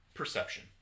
perception